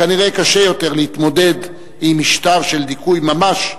כנראה קשה יותר להתמודד עם משטר של דיכוי ממש,